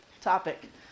topic